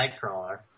Nightcrawler